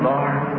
Lord